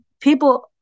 people